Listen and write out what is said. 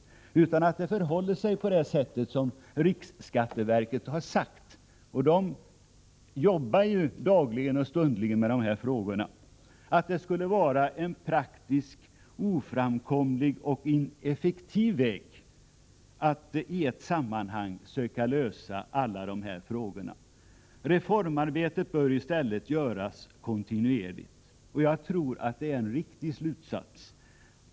Det torde förhålla sig så som riksskatteverket har sagt — och där arbetar man dagligen och stundligen med dessa frågor — nämligen att det skulle vara en praktiskt oframkomlig och ineffektiv väg att i ett sammanhang söka lösa alla frågor. Reformarbetet bör i stället ske kontinuerligt. Jag tror att det är en riktig slutsats.